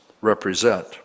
represent